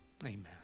Amen